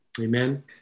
Amen